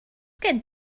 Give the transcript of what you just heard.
gen